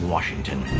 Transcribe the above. Washington